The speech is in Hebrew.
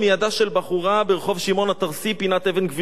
של בחורה ברחוב שמעון התרסי פינת אבן-גבירול,